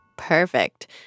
Perfect